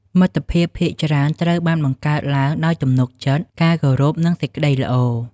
មិត្តភាពភាគច្រើនត្រូវបានបង្កើតឡើងដោយទំនុកចិត្ត ការគោរព និងសេចក្ដីល្អ។